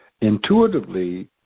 Intuitively